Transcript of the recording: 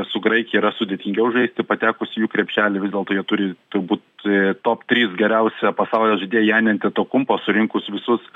su graikija yra sudėtingiau žaisti patekus į jų krepšelį vis dėlto jie turi turbūt top trys geriausią pasaulio žaidėją janį antetokumpo surinkus visus